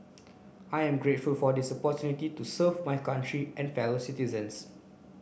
I am grateful for this opportunity to serve my country and fellow citizens